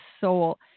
soul